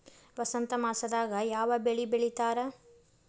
ವಸಂತ ಮಾಸದಾಗ್ ಯಾವ ಬೆಳಿ ಬೆಳಿತಾರ?